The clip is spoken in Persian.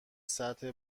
سطح